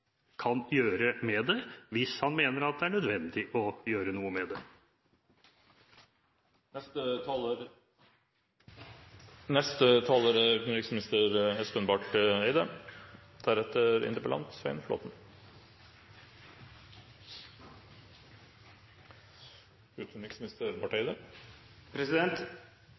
kan gjøre med det, hvis han mener at det er nødvendig å gjøre noe med det.